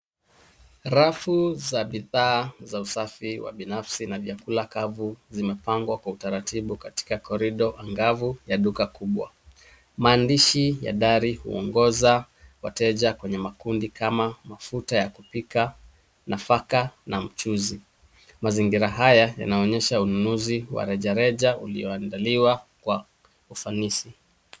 Rafu za bidhaa za usafi wa binafsi na vyakula kavu vimepangwa kwa utaratibu katika corridor angavu ya duka kubwa. Maandishi ya dari huongoza wateja kwenye makundi kama mafuta ya kupika, nafaka na mchuzi. Mazingira haya yanaonyesha ununuzi wa rejareja ulioandaliwa kwa ufanisi.